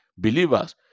Believers